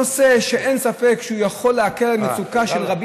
נושא שאין ספק שיכול להקל את מצוקה של רבים,